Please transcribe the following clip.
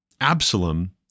Absalom